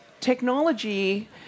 technology